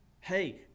hey